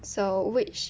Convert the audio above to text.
so which